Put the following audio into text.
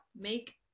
make